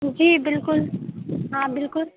جی بالکل ہاں بالکل